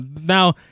Now